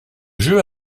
jeu